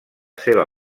seva